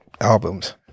albums